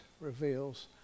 reveals